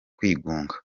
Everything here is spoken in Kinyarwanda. kwigunga